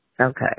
Okay